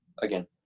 again